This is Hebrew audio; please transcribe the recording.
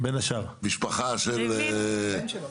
משפחה של -- הבן,